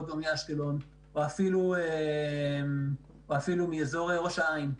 או מאשקלון או אפילו מאזור ראש העין.